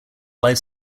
life